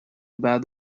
about